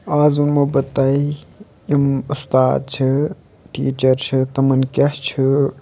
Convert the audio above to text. اَز ووٚنمو بہٕ تۄہہِ یِم وۅستاد چھِ ٹیٖچَر چھِ تِمَن کیٛاہ چھُ